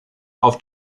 auf